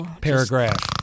paragraph